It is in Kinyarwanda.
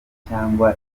cyangwa